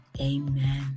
Amen